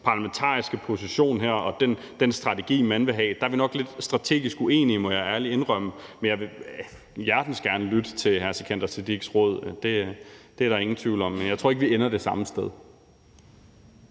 parlamentariske position her og den strategi, man vil have. Der er vi nok lidt strategisk uenige, må jeg ærligt indrømme, men jeg vil hjertens gerne lytte til hr. Sikandar Siddiques råd. Det er der ingen tvivl om, men jeg tror ikke, at vi ender det samme sted.